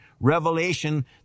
revelation